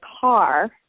car